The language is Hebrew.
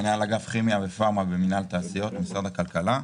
מנהל אגף כימיה ופארמה במינהל תעשיות במשרד הכלכלה.